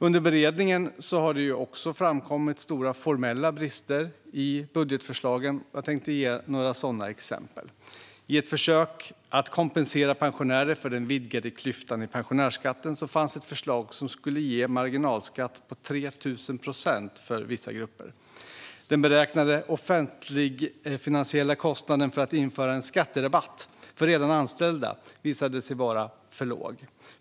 Under beredningen har det också framkommit stora formella brister i budgetförslagen. Jag tänkte ge några sådana exempel. I ett försök att kompensera pensionärer för den vidgade klyftan i pensionärsskatten fanns ett förslag som skulle ge en marginalskatt på 3 000 procent för vissa grupper. Den beräknade offentlig-finansiella kostnaden för att införa en skatterabatt för redan anställda visade sig vara för låg.